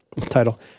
title